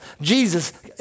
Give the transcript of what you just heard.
Jesus